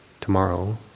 tomorrow